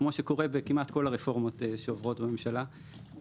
כמו שקורה כמעט בכל הרפורמות שעוברות בממשלה,